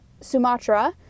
Sumatra